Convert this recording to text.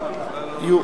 (עבירות ושיפוט) (תיקון מס'